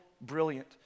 brilliant